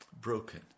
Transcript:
broken